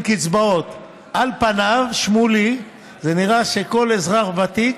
על פניו, שמולי, זה נראה שכל אזרח ותיק,